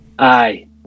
Aye